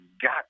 got